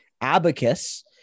abacus